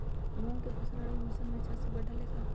मूंग के फसल रबी मौसम में अच्छा से बढ़ ले का?